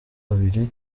babiri